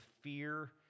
fear